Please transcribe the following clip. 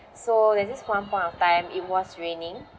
so there's this one point of time it was raining